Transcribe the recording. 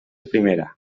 primera